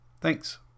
Thanks